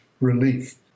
relief